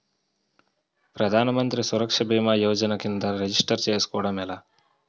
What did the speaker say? ప్రధాన మంత్రి సురక్ష భీమా యోజన కిందా రిజిస్టర్ చేసుకోవటం ఎలా?